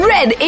Red